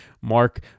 Mark